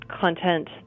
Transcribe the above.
content